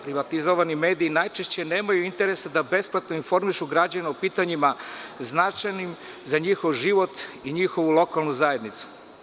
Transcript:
Privatizovani mediji najčešće nemaju interesa da besplatno informišu građane o pitanjima značajnim za njihov život i njihovu lokalnu zajednicu.